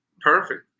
Perfect